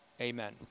Amen